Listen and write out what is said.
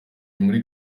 muri